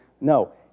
No